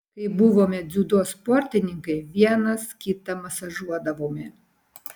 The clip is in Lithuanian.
kai buvome dziudo sportininkai vienas kitą masažuodavome